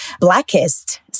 blackest